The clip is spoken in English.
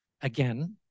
again